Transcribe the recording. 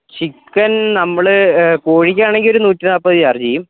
chicken നമ്മൾ കോഴിക്കാണെങ്കിൽ ഒരു നൂറ്റിനാല്പത് ചാർജ് ചെയ്യും